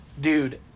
dude